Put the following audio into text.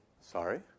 sorry